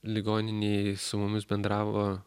ligoninėj su mumis bendravo